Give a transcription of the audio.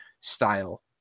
style